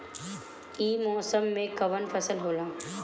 ई मौसम में कवन फसल होला?